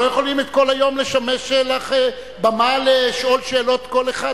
אנחנו לא יכולים לשמש לך כל היום במה לשאול שאלות כל אחד.